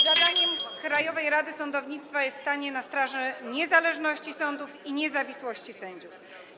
Zadaniem Krajowej Rady Sądownictwa jest stanie na straży niezależności sądów i niezawisłości sędziów.